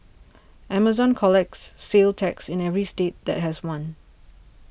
Amazon collects sales tax in every state that has one